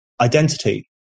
identity